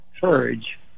courage